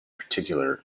particular